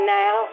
now